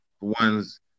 ones